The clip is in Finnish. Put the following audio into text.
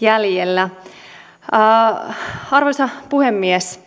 jäljellä arvoisa puhemies